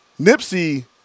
Nipsey